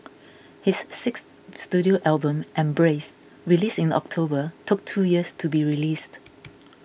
his sixth studio album Embrace released in October took two years to be released